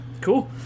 Cool